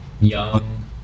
young